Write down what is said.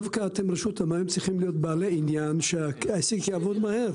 דווקא אתם רשות המים צריכים להיות בעלי עניין שהעסק יעבוד מהר.